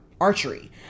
archery